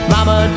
Mama